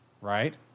right